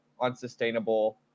unsustainable